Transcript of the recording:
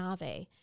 Nave